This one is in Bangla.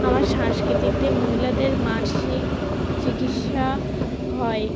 আমার সংস্কৃতিতে মহিলাদের মাসিক চিকিৎসা হয়